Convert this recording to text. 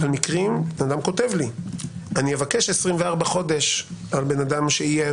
בן אדם כתב לי שהמקרים שהוא יבקש 24 חודשים